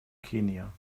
kenia